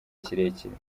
kirekire